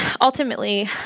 ultimately